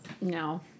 No